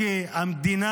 המדינה,